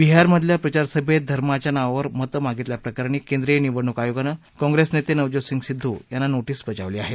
बिहारमधल्या प्रचार सभेत धर्माच्या नावावर मतं मागितल्याप्रकरणी केंद्रीय निवडणूक आयोगानं काँप्रेस नेते नवज्योत सिंग सिद्ध यांना नोटिस बजावली आहे